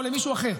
או למישהו אחר.